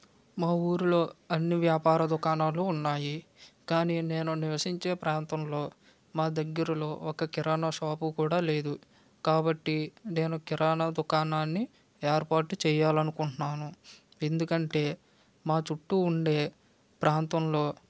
మా ఊరిలో అన్ని వ్యాపార దుకాణాలు ఉన్నాయి కానీ నేను నివసించే ప్రాంతంలో మా దగ్గరలో ఒక కిరాణా షాపు కూడా లేదు కాబట్టి నేను కిరాణా దుకాణాన్ని ఏర్పాటు చేయాలనుకుంటున్నాను ఎందుకంటే మా చుట్టూ ఉండే ప్రాంతంలో